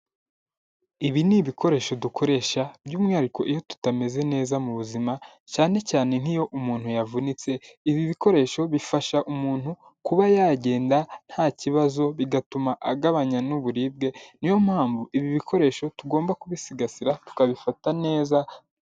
Ibi ni ibikoresho dukoresha, by'umwihariko iyo tutameze neza mu buzima. Cyane cyane nk'iyo umuntu yavunitse, ibi bikoresho bifasha umuntu kuba yagenda nta kibazo bigatuma agabanya n'uburibwe. Niyo mpamvu, ibi bikoresho tugomba kubisigasira tukabifata neza.